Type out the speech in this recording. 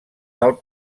del